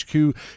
HQ